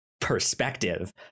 perspective